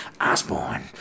Osborne